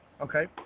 okay